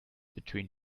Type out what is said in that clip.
between